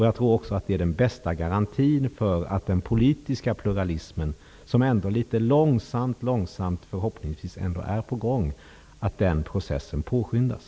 Jag tror också att det är den bästa garantin för att processen med den politiska pluralismen, som förhoppningsvis litet långsamt är på gång, påskyndas.